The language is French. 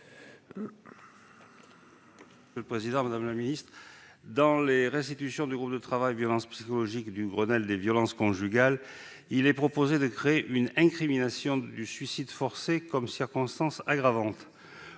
M. Jean-Pierre Grand. Dans les restitutions du groupe de travail « violences psychologiques » du Grenelle des violences conjugales, il est proposé de créer une incrimination du suicide forcé comme circonstance aggravante.